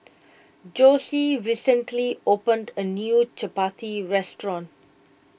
Josie recently opened a new Chappati restaurant